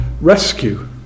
rescue